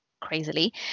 crazily